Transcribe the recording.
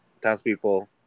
townspeople